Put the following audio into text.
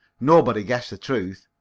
nobody guessed the truth.